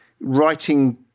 writing